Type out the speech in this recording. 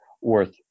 worth